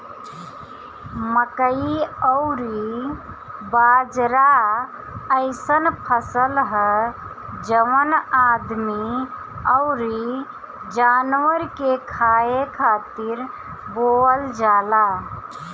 मकई अउरी बाजरा अइसन फसल हअ जवन आदमी अउरी जानवर के खाए खातिर बोअल जाला